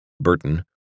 Burton